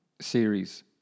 Series